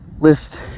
list